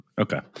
Okay